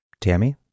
Tammy